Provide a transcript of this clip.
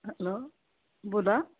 hello बोला